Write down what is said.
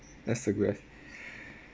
that's the best